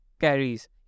carries